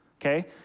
okay